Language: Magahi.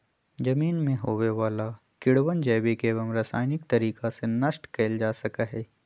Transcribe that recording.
जमीन में होवे वाला कीड़वन जैविक एवं रसायनिक तरीका से नष्ट कइल जा सका हई